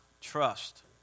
trust